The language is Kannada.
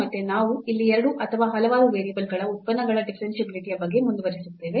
ಮತ್ತೆ ನಾವು ಇಲ್ಲಿ ಎರಡು ಅಥವಾ ಹಲವಾರು ವೇರಿಯೇಬಲ್ಗಳ ಉತ್ಪನ್ನಗಳ ಡಿಫರೆನ್ಷಿಯಾಬಿಲಿಟಿಯ ಬಗ್ಗೆ ಮುಂದುವರಿಸುತ್ತೇವೆ